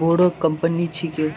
बोरो कंपनी छिके